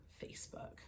Facebook